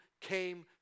came